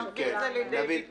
נביא את זה לידי ביטוי